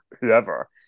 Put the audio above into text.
whoever